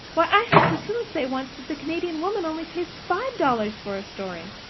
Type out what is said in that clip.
why, i heard priscilla say once that the canadian woman only pays five dollars for a story!